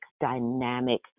dynamic